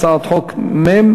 הצעת חוק מ/613,